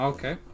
Okay